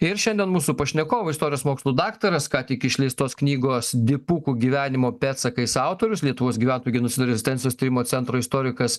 ir šiandien mūsų pašnekovai istorijos mokslų daktaras ką tik išleistos knygos dipukų gyvenimo pėdsakais autorius lietuvos gyventojų genocido ir rezistencijos tyrimo centro istorikas